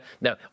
no